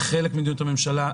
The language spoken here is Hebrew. וזה חלק ממדיניות הממשלה.